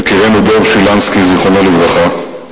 יקירנו דב שילנסקי, זיכרונו לברכה,